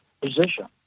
position